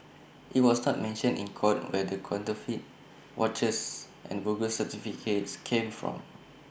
IT was not mentioned in court where the counterfeit watches and bogus certificates came from